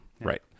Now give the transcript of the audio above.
Right